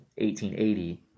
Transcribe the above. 1880